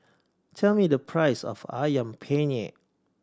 tell me the price of Ayam Penyet